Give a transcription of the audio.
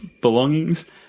belongings